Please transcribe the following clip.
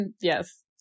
Yes